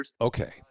Okay